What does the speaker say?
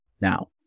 now